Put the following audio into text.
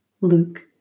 Luke